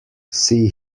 see